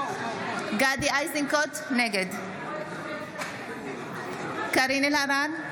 נגד קארין אלהרר,